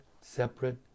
separate